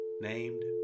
named